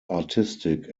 artistic